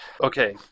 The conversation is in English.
Okay